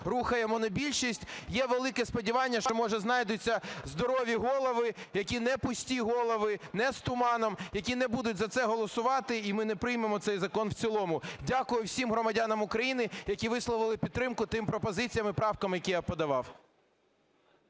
рухає монобільшість. Є велике сподівання, що, може, знайдуться здорові голови, які не пусті голови, не з туманом, які не будуть за це голосувати і ми не приймемо цей закон в цілому. Дякую всім громадянам України, які висловили підтримку тим пропозиціям і правкам, які я подавав.